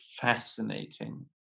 fascinating